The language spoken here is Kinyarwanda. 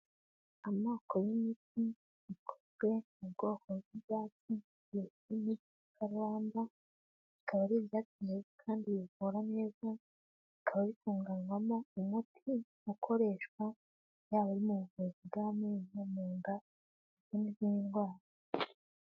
Amoko y'imiti ikozwe mu bwoko bw'ibyatsi biri mubwoko bw'igikakarubamba, bikaba ari byumye kandi bivura neza, bikaba bitunganywamo umuti ukoreshwa yaba ari mu buvuzi bw'amenyo, munda, ndetse n'izindi ndwara.